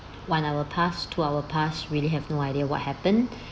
one hour passed two hour passed really have no idea what happened